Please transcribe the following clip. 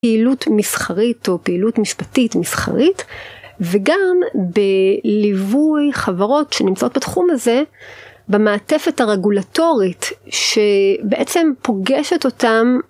פעילות מסחרית או פעילות משפטית מסחרית וגם בליווי חברות שנמצאות בתחום הזה במעטפת הרגולטורית שבעצם פוגשת אותם